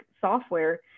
software